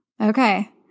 Okay